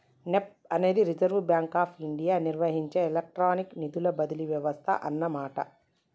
NEFT అనేది Reserve Bank of India నిర్వహించే electronic నిధుల బదిలీ వ్యవస్థ అన్నమాట